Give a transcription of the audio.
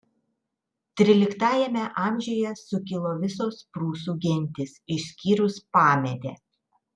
tryliktajame amžiuje sukilo visos prūsų gentys išskyrus pamedę